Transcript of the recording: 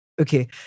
okay